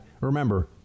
remember